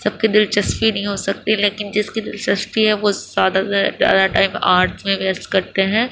سب کی دلچسپی نہیں ہو سکتی لیکن جس کی دلچسپی ہے وہ زیادہ تر زیادہ ٹائم آرٹس میں ویسٹ کرتے ہیں